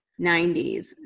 90s